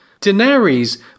Daenerys